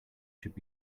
should